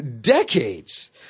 decades –